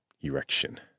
Erection